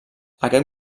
aquest